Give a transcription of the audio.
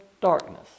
darkness